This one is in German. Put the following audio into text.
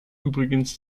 übrigens